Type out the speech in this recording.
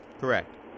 Correct